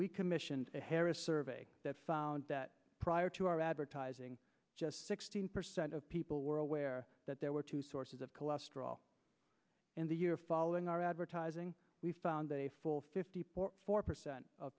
we commissioned a harris survey that found that prior to our advertising just sixteen percent of people were aware that there were two sources of cholesterol in the year following our advertising we found a full fifty four percent of